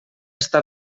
està